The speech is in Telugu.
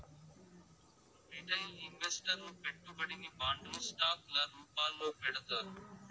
రిటైల్ ఇన్వెస్టర్లు పెట్టుబడిని బాండ్లు స్టాక్ ల రూపాల్లో పెడతారు